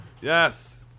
Yes